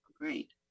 Great